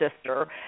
sister